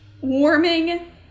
warming